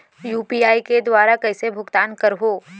UPI के दुवारा कइसे भुगतान करहों?